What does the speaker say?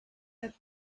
that